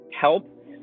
help